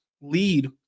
lead